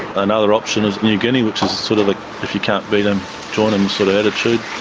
another option is new guinea, which is sort of the if you can't beat them join them sort of attitude.